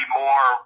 more